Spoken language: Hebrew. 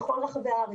בכל רחבי הארץ.